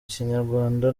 kinyarwanda